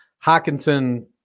Hawkinson